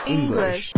English